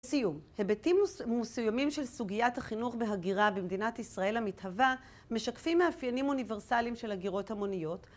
סיום. היבטים מסוימים של סוגיית החינוך בהגירה במדינת ישראל המתהווה, משקפים מאפיינים אוניברסליים של הגירות המוניות